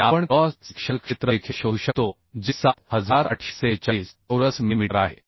आणि आपण cross sectional क्षेत्र देखील शोधू शकतो जे 7846 चौरस मिलीमीटर आहे